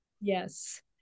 Yes